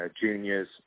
juniors